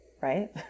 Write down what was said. right